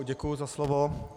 Děkuji za slovo.